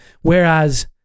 Whereas